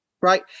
Right